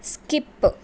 skip